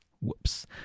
Whoops